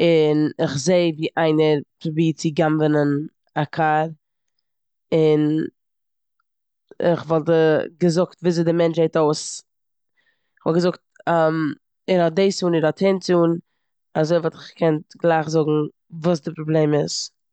און איך זע ווי איינער פרובירט צו גנב'ענען א קאר און כ'וואלט געזאגט וויאזוי די מענטש. כ'וואלט געזאגט ער האט דאס אן, ער האט יענס אן, אזוי וואלט איך געקענט גלייך זאגן וואס די פראבלעם איז.